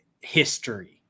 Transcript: history